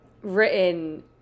written